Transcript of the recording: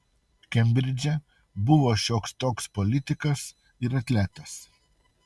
kembridže buvo šioks toks politikas ir atletas